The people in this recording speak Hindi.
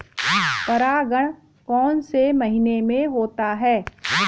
परागण कौन से महीने में होता है?